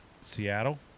Seattle